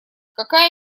какая